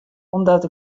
omdat